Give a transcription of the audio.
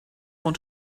want